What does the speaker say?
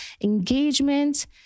engagement